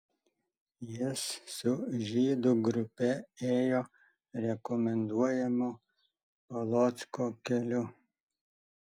jis su žydų grupe ėjo rekomenduojamu polocko keliu